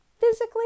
physically